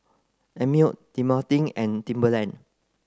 Einmilk Dequadin and Timberland